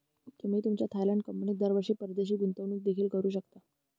तुम्ही तुमच्या थायलंड कंपनीत दरवर्षी परदेशी गुंतवणूक देखील करू शकता